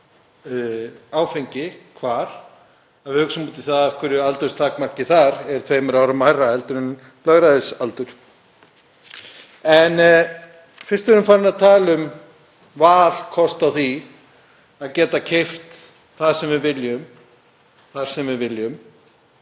áfengi hvar að við hugsum út í það af hverju aldurstakmarkið þar er tveimur árum hærra en lögræðisaldur. Fyrst við erum farin að tala um valkost á því að geta keypt það sem við viljum þar sem við viljum